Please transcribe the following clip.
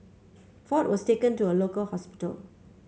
Ford was taken to a local hospital